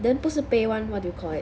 then 不是杯 [one] what do you call it